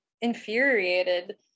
infuriated